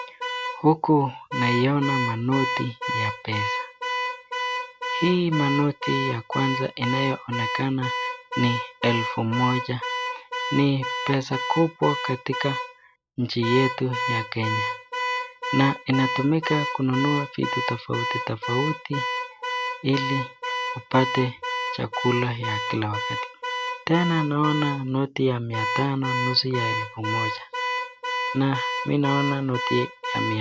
Huku naiona manoti ya pesa. Hii manoti ya kwanza inayoonekana ni elfu moja. Ni pesa kubwa katika nchi yetu ya Kenya. Na inatumika kununua vitu tofauti tofauti ili upate chakula ya kila wakati. Tena naona noti ya mia tano, nusu ya elfu moja. Na mi naona noti ya mia